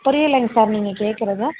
புரியவில்லைங்க sir நீங்கள் கேட்குறது